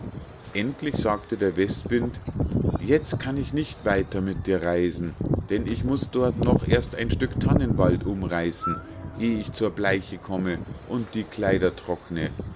endlich sagte der westwind jetzt kann ich nicht weiter mit dir reisen denn ich muß dort noch erst ein stück tannenwald umreißen eh ich zur bleiche komme und die kleider trockne